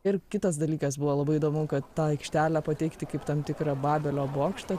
ir kitas dalykas buvo labai įdomu kad tą aikštelę pateikti kaip tam tikrą babelio bokštą